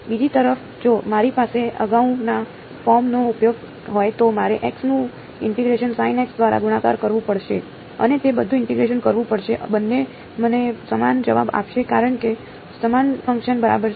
બીજી તરફ જો મારી પાસે અગાઉના ફોર્મનો ઉપયોગ હોય તો મારે x નું ઇન્ટીગ્રેશન sin x દ્વારા ગુણાકાર કરવું પડશે અને તે બધુ ઇન્ટીગ્રેશન કરવું પડશે બંને મને સમાન જવાબ આપશે કારણ કે સમાન ફંકશન બરાબર છે